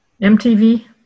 MTV